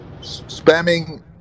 Spamming